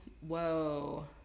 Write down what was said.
Whoa